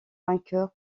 vainqueur